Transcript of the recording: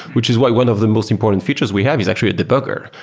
which is why one of the most important features we have is actually a debugger,